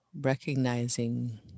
recognizing